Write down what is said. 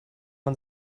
man